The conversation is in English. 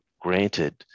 granted